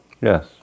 Yes